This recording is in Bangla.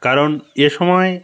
কারণ এ সময়